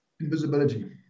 Invisibility